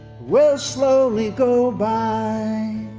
will slowly go by